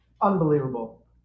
Unbelievable